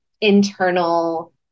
internal